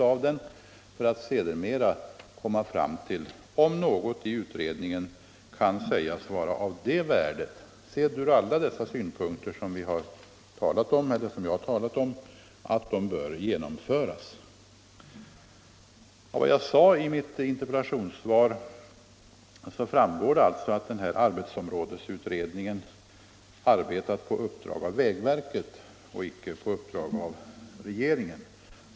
Sedan får vi bedöma om något i utredningen kan sägas vara av sådant värde, sett från alla de synpunkter som vi här talat om, att det bör genomföras. Av mitt interpellationssvar framgår att arbetsområdesutredningen arbetat på uppdrag av vägverket och inte på regeringens uppdrag.